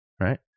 Right